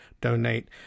Donate